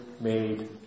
made